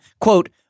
quote